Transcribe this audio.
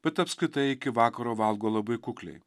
bet apskritai iki vakaro valgo labai kukliai